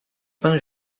fin